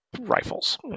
rifles